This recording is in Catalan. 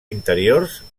interiors